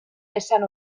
esan